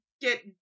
get